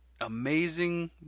amazing